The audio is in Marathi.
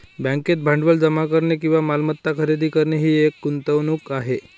बँकेत भांडवल जमा करणे किंवा मालमत्ता खरेदी करणे ही एक गुंतवणूक आहे